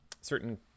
certain